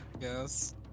Yes